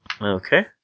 Okay